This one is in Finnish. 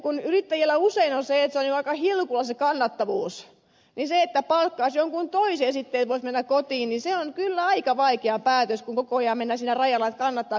kun yrittäjillä usein on jo aika hilkulla se kannattavuus niin se että palkkaisi jonkun toisen sitten että voisi mennä kotiin on kyllä aika vaikea päätös kun koko ajan mennään siinä rajalla kannattaako vai eikö kannata